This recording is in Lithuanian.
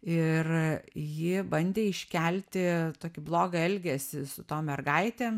ir ji bandė iškelti tokį blogą elgesį su tom mergaitėm